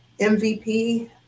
MVP